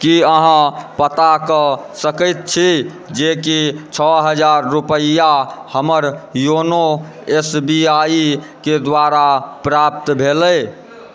की अहाँ पता कऽ सकैत छी जे कि छओ हजार रुपैया हमर योनो एस बी आई के द्वारा प्राप्त भेलै